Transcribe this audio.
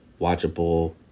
watchable